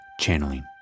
Channeling